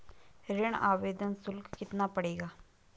ऋण आवेदन शुल्क कितना पड़ेगा?